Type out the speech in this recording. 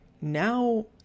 now